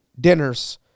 dinners